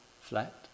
flat